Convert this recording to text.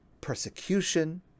persecution